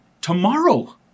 tomorrow